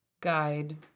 guide